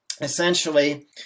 essentially